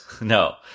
No